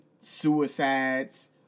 suicides